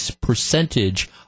percentage